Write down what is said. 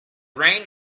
rain